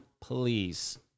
Please